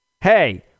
Hey